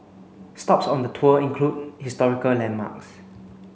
stops on the tour include historical landmarks